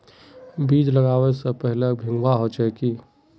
बीज लागबे से पहले भींगावे होचे की?